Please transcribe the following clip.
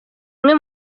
imwe